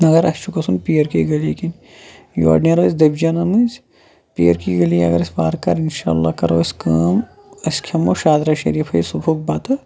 مگر اَسہِ چھُ گَژھُن پیر کی گلی کِنۍ یورٕ نیرو أسۍ دٔبجَنَن مٔنٛز پیر کی گلی اگر أسۍ وارکار اِنشاء اللہ کرو أسۍ کٲم أسۍ کھیٚمو شادرا شریٖفے صُبحُک بَتہٕ